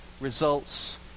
results